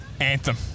Anthem